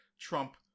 Trump